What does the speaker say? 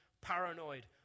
paranoid